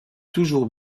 toujours